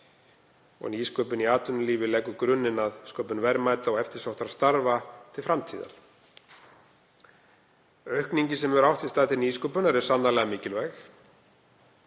Nýsköpun í atvinnulífi leggur grunninn að sköpun verðmæta og eftirsóttra starfa til framtíðar. Aukningin sem hefur átt sér stað til nýsköpunar er sannarlega mikilvæg